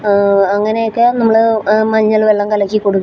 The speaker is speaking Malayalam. അങ്ങനെയൊക്കേ നമ്മള് മഞ്ഞൾ വെള്ളം കലക്കി കൊടുക്കുക